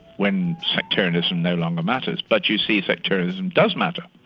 when sectarianism no longer matters. but you see sectarianism does matter.